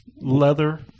leather